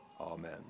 Amen